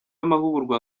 amahugurwa